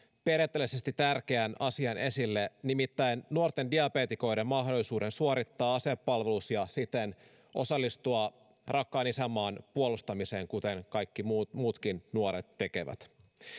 periaatteellisesti tärkeän asian esille nimittäin nuorten diabeetikoiden mahdollisuuden suorittaa asepalvelus ja siten osallistua rakkaan isänmaan puolustamiseen kuten kaikki muutkin nuoret tekevät